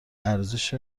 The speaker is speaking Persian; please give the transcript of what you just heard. ارزش